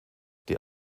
die